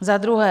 Za druhé.